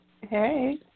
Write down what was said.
Hey